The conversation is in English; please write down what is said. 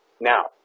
Now